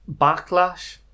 Backlash